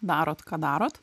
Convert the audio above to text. darot ką darot